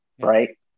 right